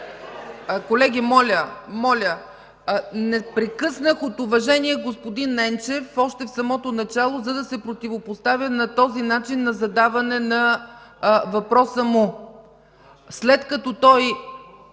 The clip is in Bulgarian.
Колеги, моля, не прекъснах от уважение господин Енчев още в самото начало, за да се противопоставя на този начин на задаване на въпроса му. (Шум и